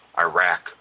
Iraq